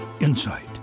insight